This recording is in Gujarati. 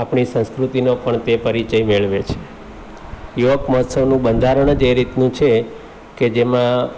આપણી સંસ્કૃતિનો પણ તે પરિચય મેળવે છે યુવક મહોત્સવનું બંધારણ જ એ રીતનું છે કે જેમાં